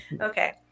Okay